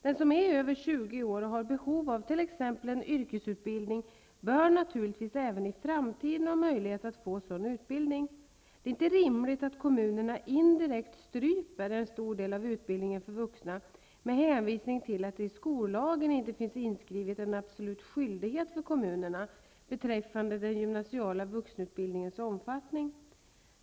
Den som är över 20 år och har behov av t.ex. en yrkesutbildning bör naturligtvis även i framtiden ha möjlighet att få en sådan utbildning. Det är inte rimligt att kommunerna indirekt stryper en stor del av utbildningen för vuxna med hänvisning till att det i skollagen inte finns inskrivet en absolut skyldighet för kommunerna beträffande den gymnasiala vuxenutbildningens omfattning.